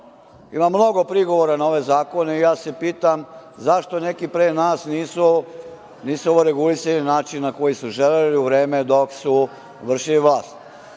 mnogo prigovora na ove zakone i ja se pitam zašto neki pre nas nisu ovo regulisali na način na koji su želeli u vreme dok su vršili vlast? Ovi